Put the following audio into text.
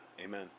Amen